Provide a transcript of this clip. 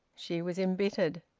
she was embittered.